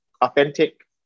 authentic